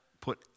put